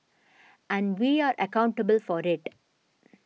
and we are accountable for it